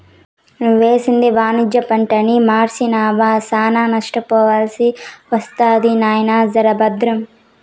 నువ్వేసింది వాణిజ్య పంటని మర్సినావా, శానా నష్టపోవాల్సి ఒస్తది నాయినా, జర బద్రం